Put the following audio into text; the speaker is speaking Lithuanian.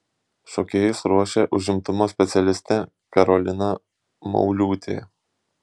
šokėjus ruošė užimtumo specialistė karolina mauliūtė